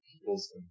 people's